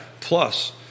plus